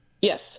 Yes